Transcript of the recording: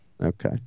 Okay